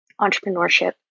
entrepreneurship